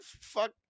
fuck